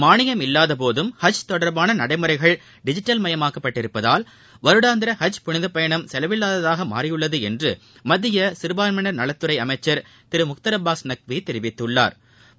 மானியம் இல்லாதபோதும் ஹஜ் தொடர்பான நடைமுறைகள் டிஜிட்டல் மயமாக்கப்பட்டதால் வருடாந்திர ஹஜ் புனிதப்பயணம் செலவில்லாததாக மாறியுள்ளது என்று மத்திய சிறுபான்மயினர் நலத்துறை அமைச்சா் திரு முக்தாா் அப்பாஸ் நக்வி தெரிவித்துள்ளாா்